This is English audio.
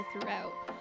throughout